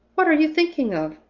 what are you thinking of!